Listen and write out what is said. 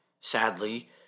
Sadly